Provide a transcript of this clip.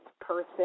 person